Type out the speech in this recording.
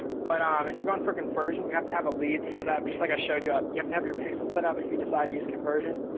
but um if you're going for conversion you have to have a lead set up, just like i showed you. you have to have your pixel set up if you decide to use conversion,